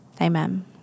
Amen